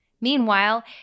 Meanwhile